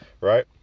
right